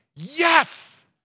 Yes